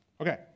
Okay